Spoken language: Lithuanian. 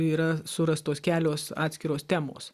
yra surastos kelios atskiros temos